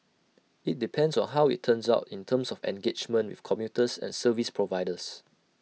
IT depends on how IT turns out in terms of engagement with commuters and service providers